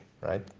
Right